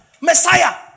Messiah